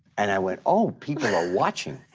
and i went, oh, people are watching.